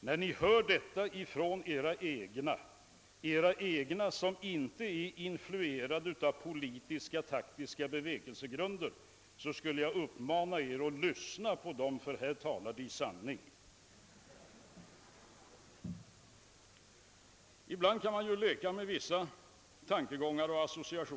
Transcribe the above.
När ni hör detta från edra egna, som inte är influerade av politiska och taktiska bevekelsegrunder, vill jag uppmana er att lyssna på dem, ty på denna punkt talar de sanning. Ibland kan man ju leka med vissa tankegångar och associationer.